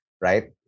right